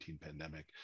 pandemic